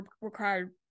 required